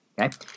Okay